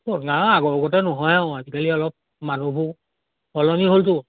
অঁ নাই আগৰ গোটেই নহয় আৰু আজিকালি অলপ মানুহবোৰ সলনি হ'লতো